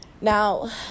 Now